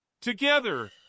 Together